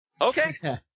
okay